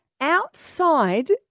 outside